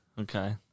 Okay